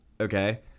okay